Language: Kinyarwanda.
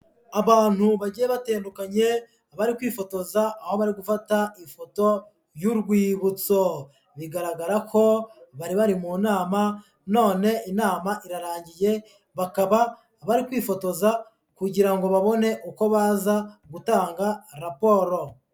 Abantu bagiye batandukanye bari kwifotoza aho bari gufata ifoto y'urwibutso, bigaragara ko bari bari mu nama none inama irarangiye, bakaba bari kwifotoza kugira ngo babone uko baza gutanga raporo.